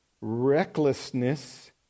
recklessness